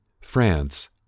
France